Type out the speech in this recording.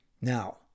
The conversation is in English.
Now